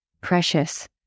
precious